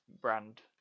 brand